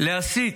להסיט